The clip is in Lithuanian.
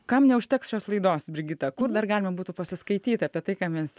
kam neužteks šios laidos brigita kur dar galima būtų pasiskaityt apie tai ką mes